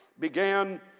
Began